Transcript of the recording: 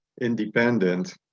independent